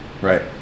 right